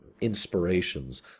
inspirations